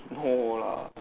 no lah